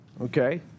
Okay